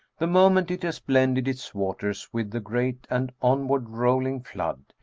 the moment it has blended its waters with the great and onward rolling flood,